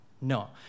no